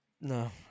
No